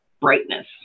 brightness